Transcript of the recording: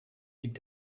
liegt